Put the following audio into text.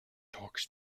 talks